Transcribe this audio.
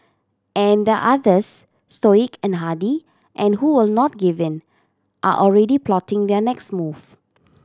and there are others stoic and hardy and who will not give in are already plotting their next move